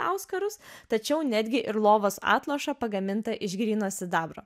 auskarus tačiau netgi ir lovos atlošą pagamintą iš gryno sidabro